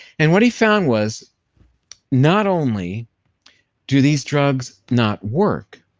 and what he found was not only do these drugs not work,